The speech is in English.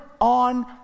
On